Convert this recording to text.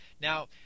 Now